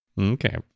Okay